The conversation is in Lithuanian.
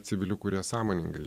civilių kurie sąmoningai